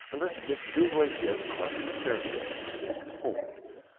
unless mrs. milroy's death causes the ceremony to be postponed.